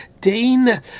Dane